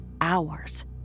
hours